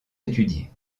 étudiée